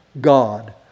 God